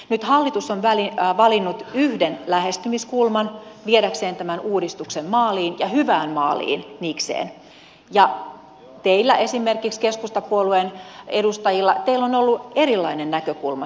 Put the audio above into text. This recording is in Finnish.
nyt hallitus on valinnut yhden lähestymiskulman viedäkseen tämän uudistuksen maaliin ja hyvään maaliin niikseen ja esimerkiksi teillä keskustapuolueen edustajilla on ollut erilainen näkökulma siihen